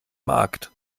markt